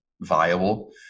viable